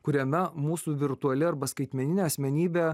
kuriame mūsų virtuali arba skaitmeninė asmenybė